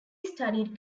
studied